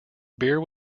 beer